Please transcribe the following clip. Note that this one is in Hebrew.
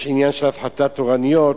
יש עניין של הפחתת תורנויות,